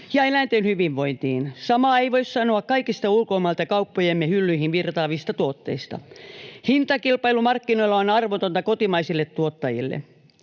ja eläinten hyvinvointiin. Samaa ei voi sanoa kaikista ulkomailta kauppojemme hyllyihin virtaavista tuotteista. [Leena Meri: No ei!] Hintakilpailu markkinoilla on armotonta kotimaisille tuottajille.